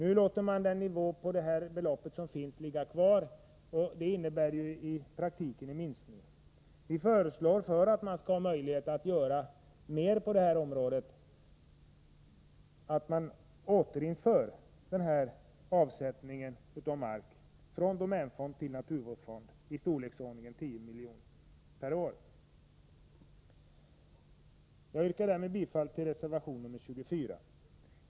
Utskottsmajoriteten låter nu det befintliga beloppet ligga kvar på oförändrad nivå. Det innebär i praktiken en minskning. Vi föreslår, för att man skall kunna göra mer på detta område, att möjligheten till avsättning av mark från domänfonden till naturvårdsfonden återinförs. Ramen bör vara i storleksordningen 10 milj.kr. per år. Jag yrkar därmed bifall till reservation nr 24.